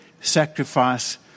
sacrifice